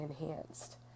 enhanced